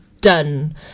done